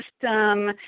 system